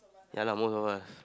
ya lah most of us